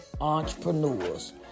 Entrepreneurs